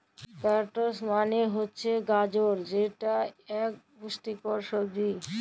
carrots মালে হছে গাজর যেট ইকট পুষ্টিকর সবজি